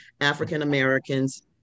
African-Americans